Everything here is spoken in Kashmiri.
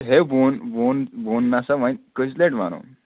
ہے ووٚن ووٚن ووٚن نا سس وۅںۍ کٔژِ لَٹہِ وَنو